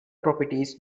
properties